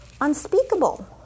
unspeakable